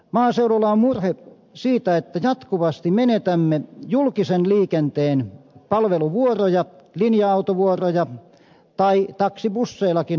maaseudulla on murhe siitä että jatkuvasti menetämme julkisen liikenteen palveluvuoroja linja autovuoroja tai taksibusseillakin hoidettavia vuoroja